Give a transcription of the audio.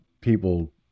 people